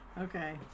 okay